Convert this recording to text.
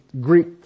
Greek